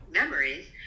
memories